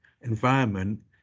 environment